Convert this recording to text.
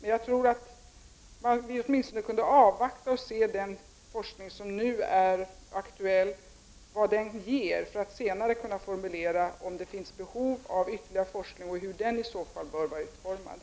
Vi borde åtminstone kunna avvakta och se vilka resultat den forskning som nu är aktuell ger för att senare kunna formulera behov av ytterligare forskning och hur den i så fall bör vara utformad.